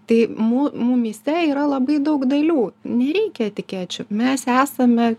tai mū mumyse yra labai daug dailių nereikia etikečių mes esame